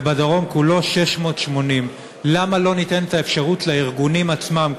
ובדרום כולו 680. למה לא ניתן את האפשרות לארגונים עצמם,